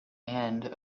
and